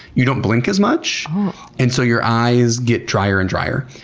you don't blink as much and so your eyes get drier and drier.